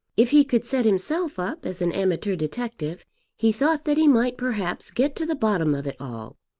if he could set himself up as an amateur detective he thought that he might perhaps get to the bottom of it all.